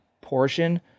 portion